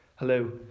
Hello